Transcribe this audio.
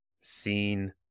seen